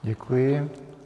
Děkuji.